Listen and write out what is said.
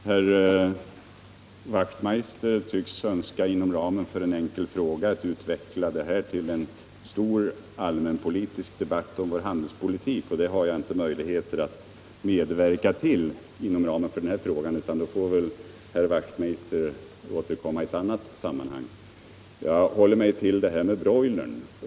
Herr talman! Herr Wachtmeister tycks inom ramen för en enkel fråga önska utveckla detta till en stor debatt om vår handelspolitik, och det ger den enkla frågan inte möjligheter till. Herr Wachtmeister får väl återkomma i ett annat sammanhang till detta. Jag håller mig till frågan om broilern.